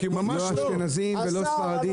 --- לא אשכנזים ולא ספרדים --- השר,